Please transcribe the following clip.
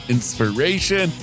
Inspiration